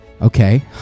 Okay